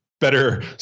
better